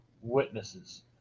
witnesses